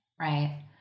right